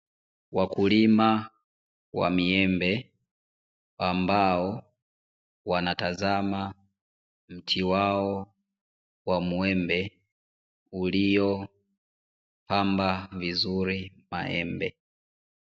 Wakulima wa miembe ambao wanatazama mti wao wa muembe uliopamba vizuri maembe.